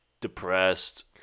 depressed